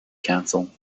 council